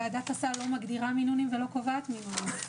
ועדת הסל לא מגדירה ולא קובעת מינונים.